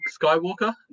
Skywalker